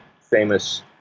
famous